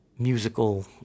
Musical